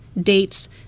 dates